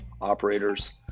operators